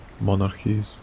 monarchies